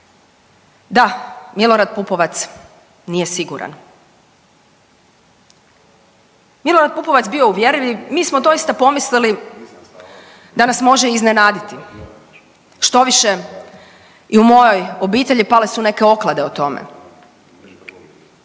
DA, Milorad PUpovac nije siguran, Milorad Pupovac bio je uvjerljiv mi smo doista pomislili da nas može iznenaditi, štoviše i u mojoj obitelji pale su neke oklade o tome.